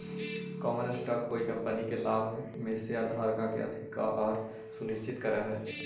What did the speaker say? common stock कोई company के लाभ में शेयरधारक के अधिकार सुनिश्चित करऽ हई